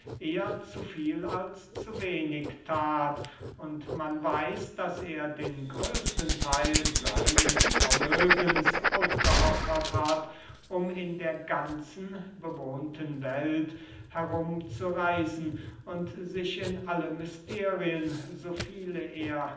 eher zu viel als zu wenig that und man weiß daß er den größten theil seines vermögens aufgeopfert hat um in der ganzen bewohnten welt herum zu reisen und sich in alle mysterien so viele